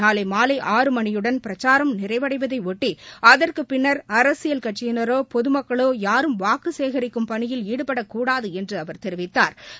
நாளை மாலை ஆறு மணியுடன் பிரச்சாரம் நிறைவடைவதையொட்டி அதற்குப் பின்னா் அரசியல் கட்சியினரோ பொதமக்களோ யாரும் வாக்கு சேகிக்கும் பணியில் ஈடுபடக்கூடாது என்று அவர் தெரிவித்தா்